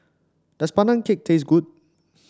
does Pandan Cake taste good